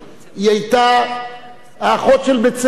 היא היתה האחות של בית-הספר.